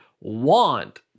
want